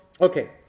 okay